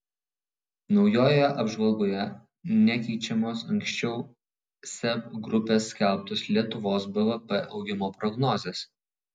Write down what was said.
naujoje apžvalgoje nekeičiamos anksčiau seb grupės skelbtos lietuvos bvp augimo prognozės